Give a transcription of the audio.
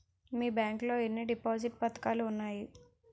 మీ bank లో ఎన్ని deposit పథకాలు ఉన్నాయి?